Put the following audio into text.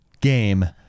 game